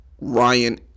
Ryan